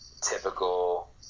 typical